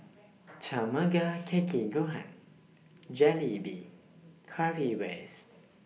Tamago Kake Gohan Jalebi Currywurst